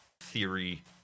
theory